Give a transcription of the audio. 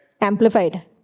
Amplified